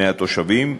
מהתושבים בתחומה,